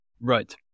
Right